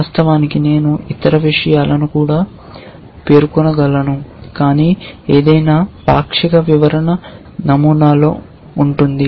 వాస్తవానికి నేను ఇతర విషయాలను కూడా పేర్కొనగలను కానీ ఏదైనా పాక్షిక వివరణ నమూనాలో ఉంటుంది